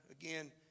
again